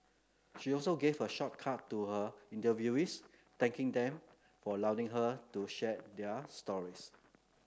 she also gave a shout out to her interviewees thanking them for allowing her to share their stories